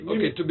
Okay